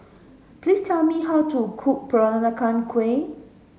please tell me how to cook Peranakan Kueh